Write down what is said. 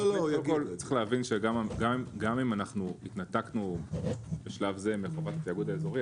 צריך להבין שגם אם אנחנו התנתקנו בשלב זה מחובת התיאגוד האזורי,